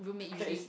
that is